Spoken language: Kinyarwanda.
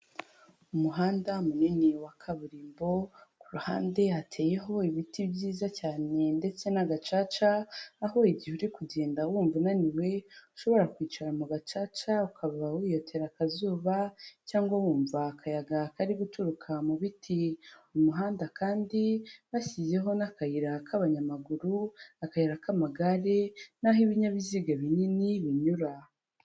Umuhanda munini wa kaburimbo, ku ruhande hateyeho ibiti byiza cyane ndetse n'agacaca, aho igihe uri kugenda wumva unaniwe, ushobora kwicara mu gacaca ukaba wiyotera akazuba cyangwa wumva akayaga kari guturuka mu biti. Umuhanda kandi bashyizeho n'akayira k'abanyamaguru, akayira k'amagare n'aho ibinyabiziga binini binyura.